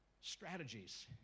strategies